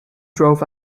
drove